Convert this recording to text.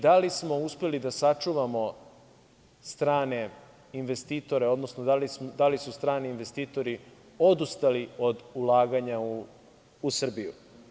Da li smo uspeli da sačuvamo strane investitore, odnosno da li su strani investitori odustali od ulaganja u Srbiju?